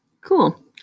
cool